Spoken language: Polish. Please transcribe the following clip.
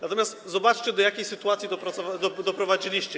Natomiast zobaczcie, do jakiej sytuacji doprowadziliście.